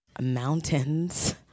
mountains